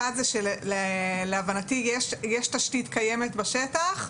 אחד זה להבנתי יש תשתית קיימת בשטח,